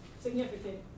significant